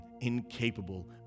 incapable